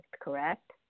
Correct